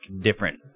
different